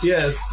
Yes